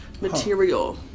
material